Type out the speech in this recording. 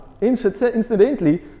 incidentally